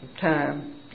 time